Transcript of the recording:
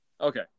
Okay